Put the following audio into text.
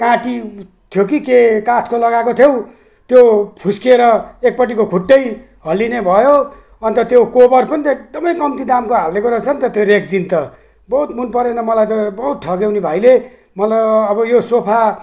काँटी थियो कि के काठको लगाएको थियो त्यो फुस्किएर एकपट्टिको खुट्टै हल्लिने भयो अन्त त्यो कभर पनि एकदमै कम्ती दामको हालिदिएको रहेछ नि त त्यो रेक्सिन त बहुत मनपरेन मलाई त बहुत ठग्यौ यो भाइले मलाई अब यो सोफा